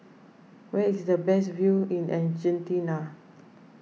where is the best view in Argentina